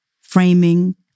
framing